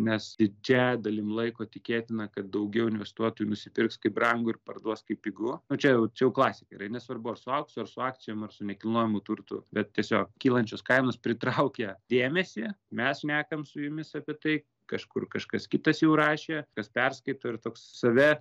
nes didžiąja dalim laiko tikėtina kad daugiau investuotojų nusipirks kai brangu ir parduos kai pigu nu čia jau čia jau klasika yra nesvarbu ar su auksu ar su akcijom ar su nekilnojamu turtu bet tiesiog kylančios kainos pritraukia dėmesį mes šnekam su jumis apie tai kažkur kažkas kitas jau rašė kas perskaito ir toks save